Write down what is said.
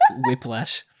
whiplash